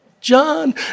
John